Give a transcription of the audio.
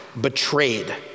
betrayed